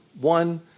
one